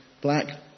black